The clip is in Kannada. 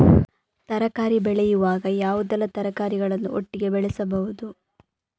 ತರಕಾರಿ ಬೆಳೆಯುವಾಗ ಯಾವುದೆಲ್ಲ ತರಕಾರಿಗಳನ್ನು ಒಟ್ಟಿಗೆ ಬೆಳೆಸಬಹುದು?